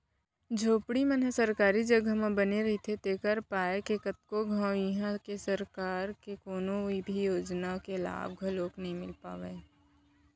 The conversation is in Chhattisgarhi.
झोपड़ी मन ह सरकारी जघा म बने रहिथे तेखर पाय के कतको घांव इहां के सरकार के कोनो भी योजना के लाभ घलोक नइ मिल पावय